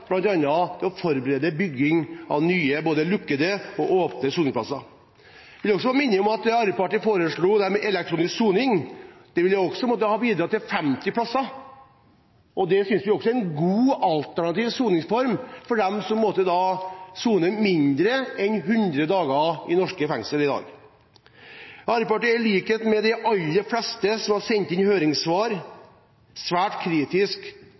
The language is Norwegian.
å forberede bygging av nye både lukkede og åpne soningsplasser. Jeg vil også bare minne om at Arbeiderpartiet foreslo det med elektronisk soning. Det ville ha bidratt med 50 plasser, og det synes vi er en god, alternativ soningsform for dem som skal sone mindre enn 100 dager i norske fengsler i dag. Arbeiderpartiet er, i likhet med de aller fleste som har sendt inn høringssvar, svært kritisk